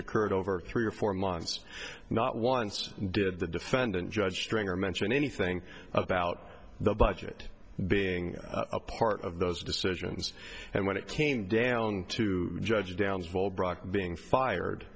occurred over three or four months not once did the defendant judge stringer mention anything about the budget being a part of those decisions and when it came down to judge downs well brock being fired